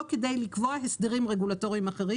לא כדי לקבוע הסדרים רגולטוריים אחרים.